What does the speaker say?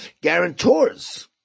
guarantors